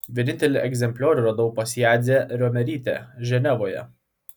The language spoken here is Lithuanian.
vienintelį egzempliorių radau pas jadzią riomerytę ženevoje